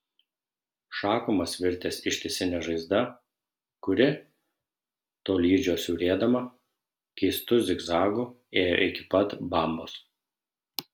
šakumas virtęs ištisine žaizda kuri tolydžio siaurėdama keistu zigzagu ėjo iki pat bambos